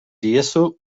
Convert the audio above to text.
diezu